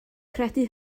credu